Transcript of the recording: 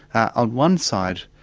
ah one side,